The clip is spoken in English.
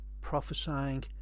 prophesying